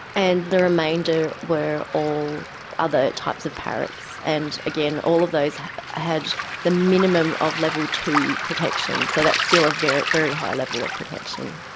and the remainder were all other types of parrots, and again all of those had the minimum of level two protection. so that's still a very very high level of protection.